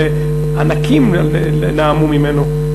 ענקים נאמו ממנו.